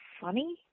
funny